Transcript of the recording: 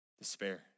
despair